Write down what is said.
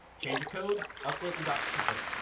change your code, update your docs for free.